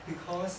because